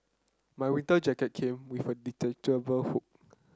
my winter jacket came with a detachable hood